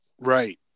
Right